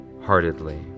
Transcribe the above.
heartedly